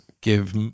give